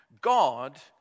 God